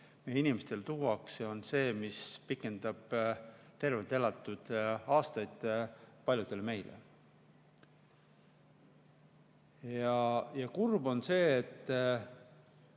meie inimestele tuuakse, on need, mis pikendavad tervelt elatud aastaid paljudel meist. Kurb on see, et